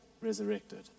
resurrected